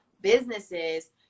businesses